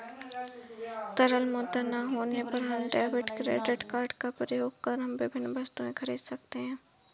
तरल मुद्रा ना होने पर हम डेबिट क्रेडिट कार्ड का प्रयोग कर हम विभिन्न वस्तुएँ खरीद सकते हैं